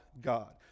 God